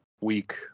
week